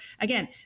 again